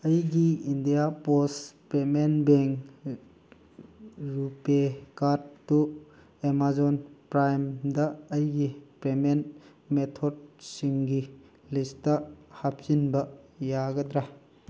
ꯑꯩꯒꯤ India post payment bank RuPay ꯀꯥꯔꯗꯇꯨ Amazon ꯄ꯭ꯔꯥꯏꯝꯗ ꯑꯩꯒꯤ ꯄꯦꯃꯦꯟ ꯃꯦꯊꯠꯁꯤꯡꯒꯤ ꯂꯤꯁꯇ ꯍꯥꯄꯆꯤꯟꯕ ꯌꯥꯒꯗ꯭ꯔꯥ